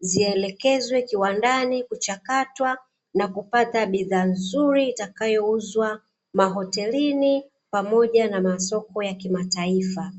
zielekezwe kiwandani kuchakatwa na kupata bidhaa nzuri itakayouzwa mahotelini pamoja na masoko ya kimataifa.